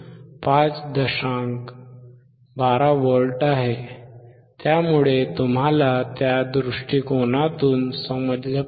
12V आहे त्यामुळे तुम्हाला त्या दृष्टिकोनातून समजले पाहिजे